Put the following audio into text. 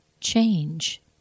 change